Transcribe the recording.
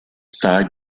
side